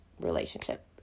relationship